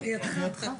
פה.